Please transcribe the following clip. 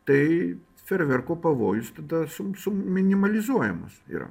tai ferverko pavojus tada sum sum minimalizuojamas yra